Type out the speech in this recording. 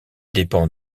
dépend